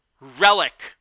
relic